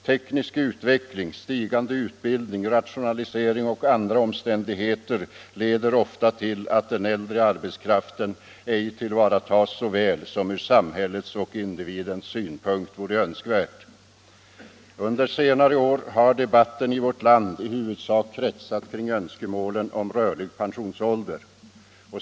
Teknisk utveckling, stigande utbildning, rationalisering och andra omständigheter leder ofta till att den äldre arbetskraften ej tillvaratas så väl som ur samhällets och individens synpunkt vore önskvärt. Under senare år har debatten i vårt land i huvudsak kretsat kring önskemålet om en rörlig pensionsålder.